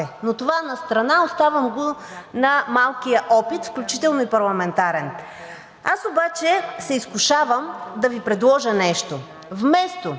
но това настрана, отдавам го на малкия опит, включително и парламентарен. Аз обаче се изкушавам да Ви предложа нещо: вместо